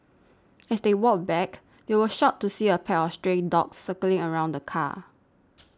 as they walked back they were shocked to see a pack of stray dogs circling around the car